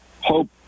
hope